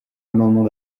amendement